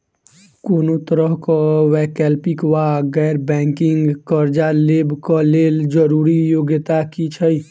कोनो तरह कऽ वैकल्पिक वा गैर बैंकिंग कर्जा लेबऽ कऽ लेल जरूरी योग्यता की छई?